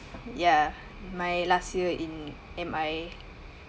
ya my last year in in M_I